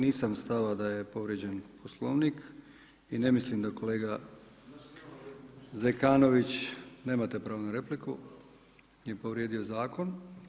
Nisam stava da je povrijeđen Poslovnik i ne mislim da kolega Zekanović, nemate pravo na repliku, je povrijedio zakon.